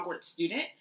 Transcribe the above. student